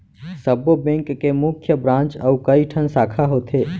सब्बो बेंक के मुख्य ब्रांच अउ कइठन साखा होथे